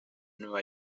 new